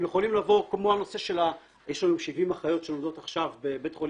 יש לנו עכשיו 70 אחיות שלומדות בבית חולים